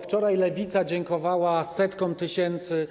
Wczoraj Lewica dziękowała setkom tysięcy